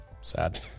Sad